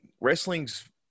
wrestling's